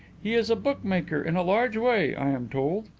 he is a bookmaker in a large way, i am told.